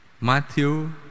Matthew